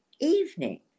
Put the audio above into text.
evening